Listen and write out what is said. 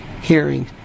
hearing